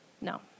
No